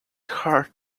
herd